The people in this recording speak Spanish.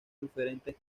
diferentes